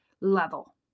level